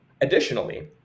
Additionally